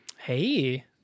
Hey